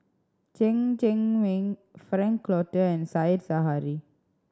Chen Cheng Mei Frank Cloutier and Said Zahari